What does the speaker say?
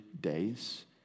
days